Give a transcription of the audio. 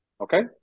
Okay